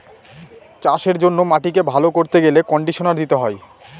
চাষের জন্য মাটিকে ভালো করতে গেলে কন্ডিশনার দিতে হয়